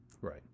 Right